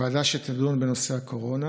ועדה שתדון בנושא הקורונה